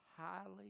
highly